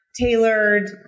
tailored